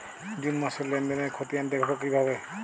June মাসের লেনদেনের খতিয়ান দেখবো কিভাবে?